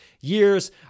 years